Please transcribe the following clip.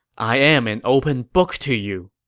i am an open book to you!